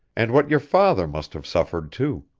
and what your father must have suffered, too.